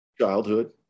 Childhood